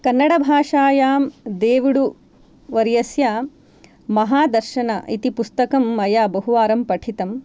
कन्नडभाषायां देवुडुवर्यस्य महादर्शन इति पुस्तकं मया बहुवारं पठितं